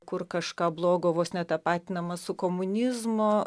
kur kažką blogo vos ne tapatinama su komunizmo